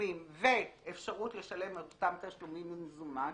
לתשלומים ואפשרות לשלם את אותם תשלומים במזומן,